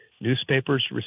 newspapers